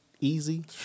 easy